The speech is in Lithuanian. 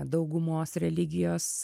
daugumos religijos